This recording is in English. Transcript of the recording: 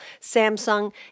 Samsung